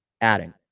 adding